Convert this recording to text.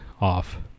off